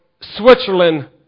Switzerland